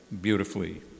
beautifully